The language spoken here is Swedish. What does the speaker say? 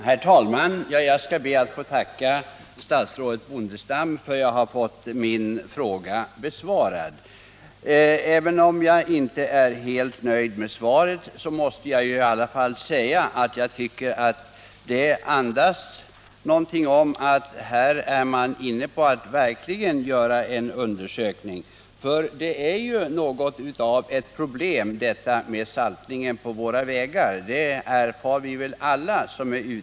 Herr talman! Jag skall be att få tacka statsrådet Bondestam för svaret på min fråga. Även om jag inte är helt nöjd med svaret nåste jag säga att jag tycker att det verkar som om man verkligen tänker göra en undersökning. Alla som kör bil har ju erfarit att saltningen på våra vägar är ett problem.